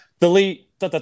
delete